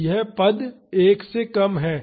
तो यह पद 1 से कम है